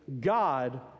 God